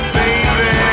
baby